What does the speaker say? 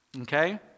Okay